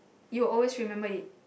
you always remember it